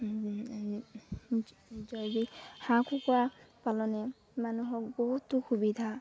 দি হাঁহ কুকুৰা পালনে মানুহক বহুতো সুবিধা